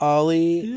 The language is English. Ollie